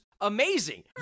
amazing